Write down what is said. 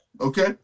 okay